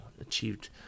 achieved